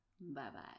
Bye-bye